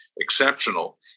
exceptional